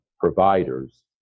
providers